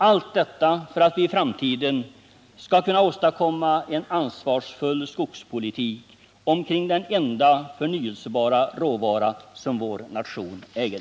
Allt detta för att vi för framtiden skall kunna åstadkomma en ansvarsfull skogspolitik omkring den enda förnyelsebara råvara som vår nation äger.